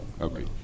okay